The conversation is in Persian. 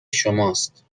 شماست